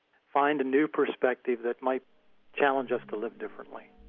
find a new perspective that might challenge us to live differently.